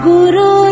Guru